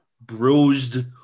bruised